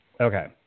Okay